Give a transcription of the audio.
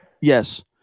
Yes